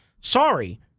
Sorry